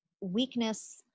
weakness